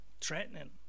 threatening